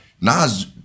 Nas